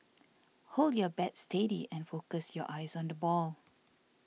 hold your bat steady and focus your eyes on the ball